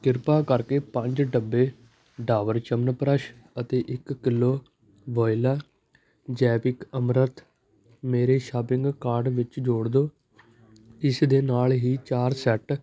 ਕਿਰਪਾ ਕਰਕੇ ਪੰਜ ਡੱਬੇ ਡਾਬਰ ਚਯਵਨਪਰੱਸ਼ ਅਤੇ ਇੱਕ ਕਿਲੋ ਵੋਇਲਾ ਜੈਵਿਕ ਅਮਰੰਥ ਮੇਰੇ ਸ਼ੋਪਿੰਗ ਕਾਰਟ ਵਿੱਚ ਜੋੜ ਦਿਉ ਇਸ ਦੇ ਨਾਲ ਹੀ ਚਾਰ ਸੈੱਟ